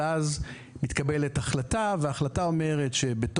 ואז מתקבלת החלטה שאומרת,